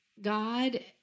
God